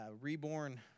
reborn